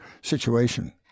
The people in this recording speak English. situation